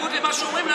בניגוד למה שאומרים.